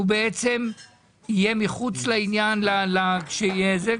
הוא בעצם יהיה מחוץ לעניין כשיהיה זה?